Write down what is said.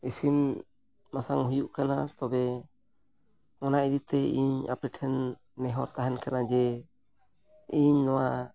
ᱤᱥᱤᱱᱼᱵᱟᱥᱟᱝ ᱦᱩᱭᱩᱜ ᱠᱟᱱᱟ ᱛᱚᱵᱮ ᱚᱱᱟ ᱤᱫᱤ ᱠᱟᱛᱮᱫ ᱤᱧ ᱟᱯᱮ ᱴᱷᱮᱱ ᱱᱮᱦᱚᱨ ᱛᱟᱦᱮᱱ ᱠᱟᱱᱟ ᱡᱮ ᱤᱧ ᱱᱚᱣᱟ